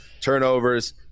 turnovers